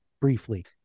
briefly